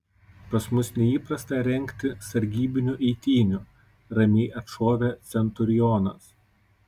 pas mus neįprasta rengti sargybinių eitynių ramiai atšovė centurionas